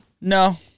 No